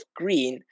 green